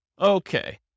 Okay